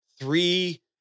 three